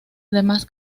demás